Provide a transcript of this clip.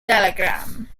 telegram